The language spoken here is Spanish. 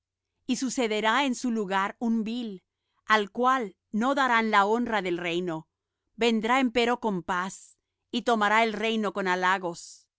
y sucederá en su lugar un vil al cual no darán la honra del reino vendrá empero con paz y tomará el reino con halagos y